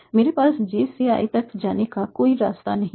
मेरे पास j से i तक जाने का कोई रास्ता नहीं है